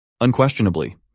Unquestionably